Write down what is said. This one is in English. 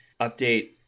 update